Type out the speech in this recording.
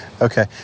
Okay